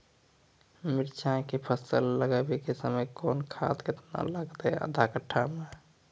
मिरचाय के फसल लगाबै के समय कौन खाद केतना लागतै आधा कट्ठा मे?